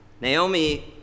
Naomi